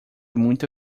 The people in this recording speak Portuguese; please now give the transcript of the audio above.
muita